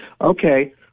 Okay